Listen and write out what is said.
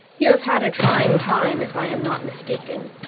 you have had a trying time, if i am not mistaken.